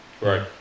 Right